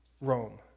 Rome